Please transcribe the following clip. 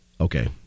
Okay